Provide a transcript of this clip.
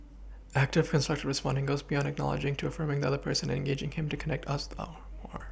active constructive responding goes beyond acknowledging to affirming the other person and engaging him to connect us out more